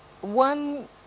One